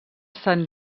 saint